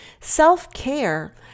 Self-care